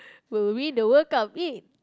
were we in the World Cup